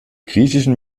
griechischen